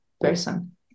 person